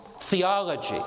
theology